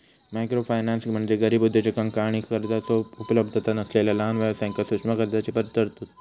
microfinance म्हणजे गरीब उद्योजकांका आणि कर्जाचो उपलब्धता नसलेला लहान व्यवसायांक सूक्ष्म कर्जाची तरतूद